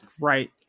right